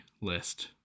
list